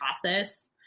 process